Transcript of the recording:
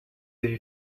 avez